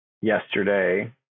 yesterday